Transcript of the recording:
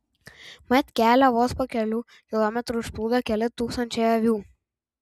mat kelią vos po kelių kilometrų užplūdo keli tūkstančiai avių